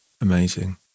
amazing